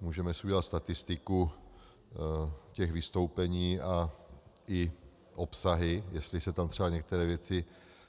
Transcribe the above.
Můžeme si udělat statistiku těch vystoupení a i obsahy, jestli se tam některé věci